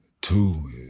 two